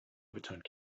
overturned